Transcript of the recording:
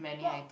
what